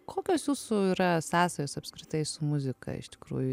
kokios jūsų yra sąsajos apskritai su muzika iš tikrųjų